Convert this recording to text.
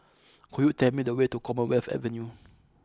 could you tell me the way to Commonwealth Avenue